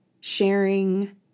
sharing